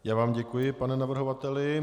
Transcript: Já vám děkuji, pane navrhovateli.